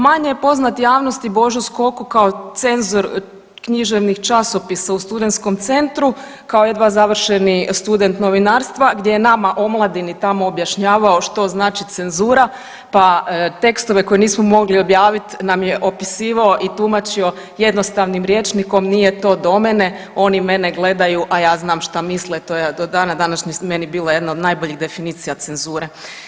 Manje je poznat javnosti Božo Skoko kao cenzor književnih časopisa u Studentskom centru kao jedva završeni student novinarstva gdje je nama omladini tamo objašnjavao što znači cenzura, pa tekstove koje nismo mogli objaviti nam je opisivao i tumačio jednostavnim rječnikom nije to do mene, oni mene gledaju a ja znam šta misle, to je do dana današnjih meni bila jedna od najboljih definicija cenzure.